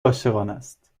عاشقانست